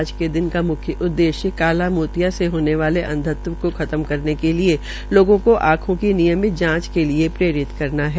आज के दिन का मुख्य उददेश्य काला मोतिया से होने वाली अंध्ञ्न को खत्म करने के लिये लोगों को आंखों की नियमित जांच के लिये प्रेरित करना है